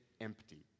empty